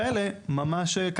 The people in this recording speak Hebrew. וגם שם דיברנו על ההנחיות.